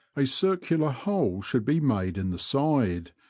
a circular hole should be made in the side,